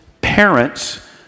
parents